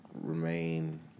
remain